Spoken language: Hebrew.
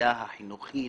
העשייה החינוכית,